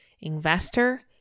investor